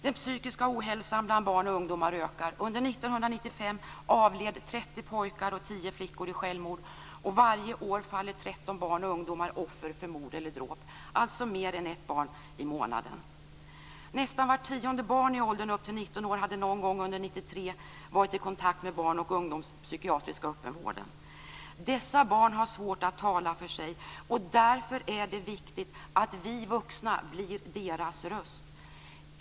Den psykiska ohälsan bland barn och ungdomar ökar. Under 1995 avled 30 pojkar och 10 flickor i självmord, och varje år faller 13 barn och ungdomar, alltså mer än ett barn i månaden, offer för mord eller dråp. Nästan vart tionde barn i åldern upp till 19 år hade någon gång under 1993 varit i kontakt med barnoch ungdomspsykiatriska öppenvården. Dessa barn har svårt att tala för sig, och därför är det viktigt att vi vuxna blir deras röst.